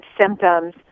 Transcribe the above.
symptoms